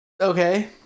Okay